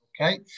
Okay